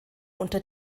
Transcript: unter